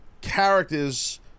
characters